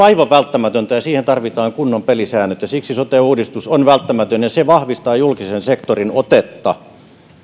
aivan välttämätöntä ja siihen tarvitaan kunnon pelisäännöt siksi sote uudistus on välttämätön ja se vahvistaa julkisen sektorin otetta